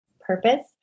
purpose